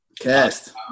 Cast